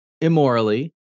immorally